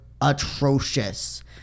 atrocious